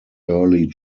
early